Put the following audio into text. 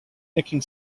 nicking